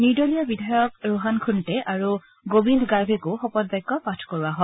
নিৰ্দলীয় বিধায়ক ৰোহান খুণ্টে আৰু গোবিন্দ গাৰ্ভেকো শপত বাক্য পাঠ কৰোৱা হয়